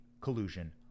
collusion